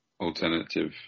Alternative